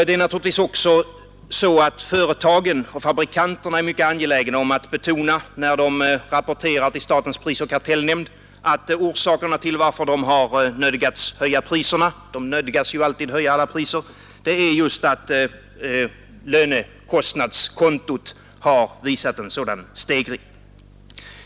Företagen och fabrikanterna är naturligtvis också mycket angelägna om att betona, när de rapporterar till statens prisoch kartellnämnd, att orsakerna till att de nödgats höja priserna — de ”nödgas” ju alltid höja alla priser — är just att lönekontot har visat en kraftig stegring.